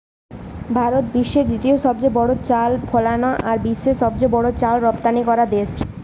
ভারত বিশ্বের দ্বিতীয় সবচেয়ে বড় চাল ফলানা আর বিশ্বের সবচেয়ে বড় চাল রপ্তানিকরা দেশ